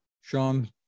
Sean